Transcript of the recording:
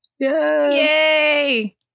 Yay